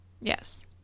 Yes